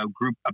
group